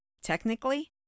Technically